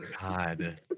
God